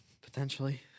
Potentially